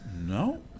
No